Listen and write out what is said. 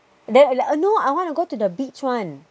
there no I wanna go to the beach [one]